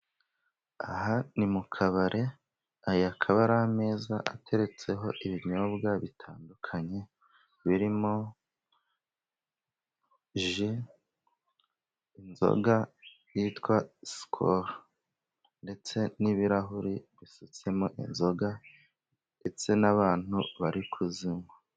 Aha ni mu kabare aya akaba ameza ateretseho ibinyobwa bitandukanye, birimo Ji, inzoga yitwa sikolo, ndetse n'ibirahuri bisutsemo inzoga, ndetse n'abantu bari kuzinywa.